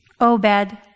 Obed